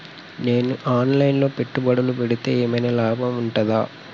నేను online లో పెట్టుబడులు పెడితే ఏమైనా లాభం ఉంటదా?